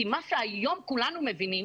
היום כולנו מבינים,